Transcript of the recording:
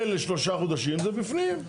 לשלושה חודשים, זה בפנים.